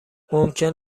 ممکن